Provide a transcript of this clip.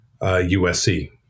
USC